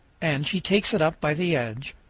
and she takes it up by the edge,